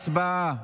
הצבעה.